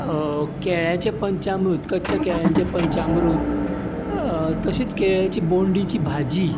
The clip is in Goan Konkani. केळ्याचें पंचामृत कच्चा केळ्यांचें पंचामृत तशेंच केळिची बोंडिची भाजी